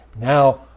now